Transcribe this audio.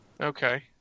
Okay